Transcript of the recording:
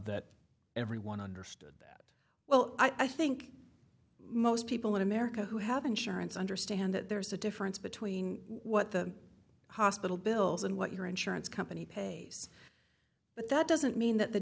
that everyone understood that well i think most people in america who have insurance understand that there's a difference between what the hospital bills and what your insurance company pays but that doesn't mean that the